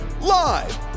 live